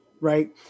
Right